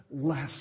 less